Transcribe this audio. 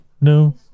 no